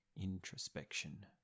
Introspection